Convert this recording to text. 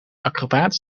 acrobaat